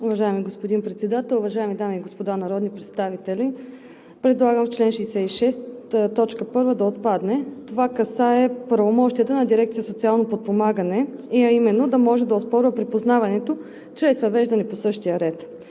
Уважаеми господин Председател, уважаеми дами и господа народни представители! Предлагам в чл. 66 т. 1 да отпадне. Това касае правомощията на дирекция „Социално подпомагане“ и е именно да може да оспорва припознаването чрез въвеждане по същия ред.